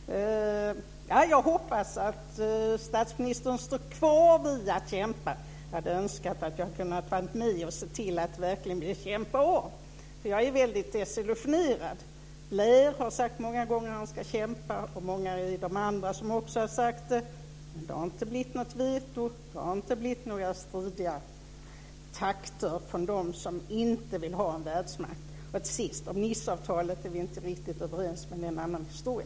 Fru talman! Tack för svaret. Jag hoppas att statsministern står kvar vid att kämpa. Jag hade önskat att jag hade kunnat vara med och se till att det verkligen blir kämpa av. Jag är mycket desillusionerad. Blair har sagt många gånger att han ska kämpa. Många är de andra som också har sagt det. Men det har inte blivit något veto. Det har inte blivit några stridiga takter från dem som inte vill ha en världsmakt. Och till sist: Om Niceavtalet är vi inte riktigt överens, men det är en annan historia.